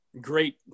great